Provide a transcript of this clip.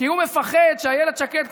כי הוא מפחד שאילת שקד,